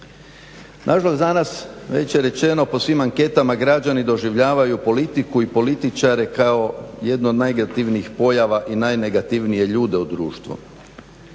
Nažalost danas već je rečeno po svim anketama građani doživljavaju politiku i političare kao jedno od najnegativnijih pojava i najnegativnije ljude u društvu.